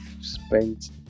spent